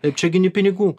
čia gi ni pinigų